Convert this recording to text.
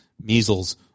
measles